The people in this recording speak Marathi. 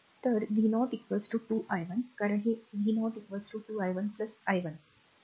तर v0 2 i 1 कारण हे r v0 2 i 1 2 i 1 आहे